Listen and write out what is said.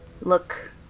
look